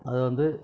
அது வந்து